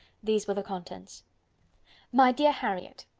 these were the contents my dear harriet,